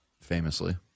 famously